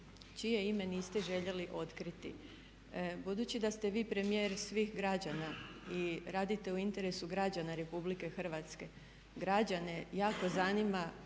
čije ime niste željeli otkriti. Budući da ste vi premijer svih građana i radite u interesu građana RH, građane jako zanima